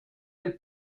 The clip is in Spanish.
del